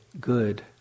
good